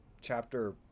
chapter